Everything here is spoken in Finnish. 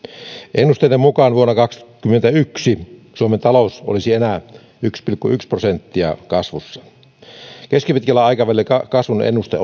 ennusteiden mukaan vuonna kaksikymmentäyksi suomen talous olisi enää yksi pilkku yksi prosenttia kasvussa keskipitkällä aikavälillä kasvun ennuste